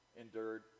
endured